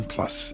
Plus